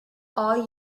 all